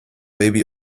baby